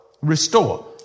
restore